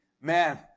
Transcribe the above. man